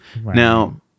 Now